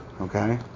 Okay